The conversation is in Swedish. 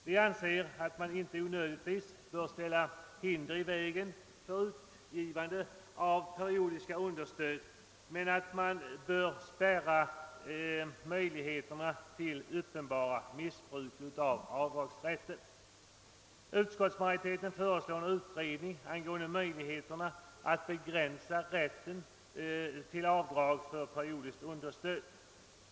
Vi anser att man inte onödigtvis bör ställa hinder i vägen för utgivande av periodiska understöd men att man bör spärra möjligheterna till uppenbara missbruk av avdragsrätten. ning angående möjligheterna att begränsa rätten till avdrag för periodiskt understöd.